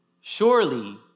Surely